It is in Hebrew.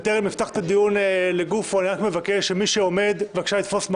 בטרם אפתח את הדיון אני רק מבקש שמי שעומד בבקשה לתפוס מקום,